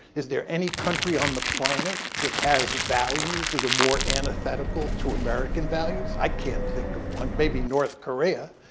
is there any country on the planet that has values that are more antithetical to american values? i can't think of one, maybe maybe north korea.